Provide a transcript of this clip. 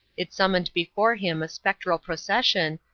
it summoned before him a spectral procession,